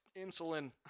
Insulin